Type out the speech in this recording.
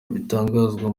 bitangazwa